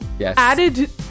added